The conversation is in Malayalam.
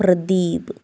പ്രദീപ്